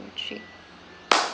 three